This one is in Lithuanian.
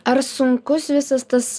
ar sunkus visas tas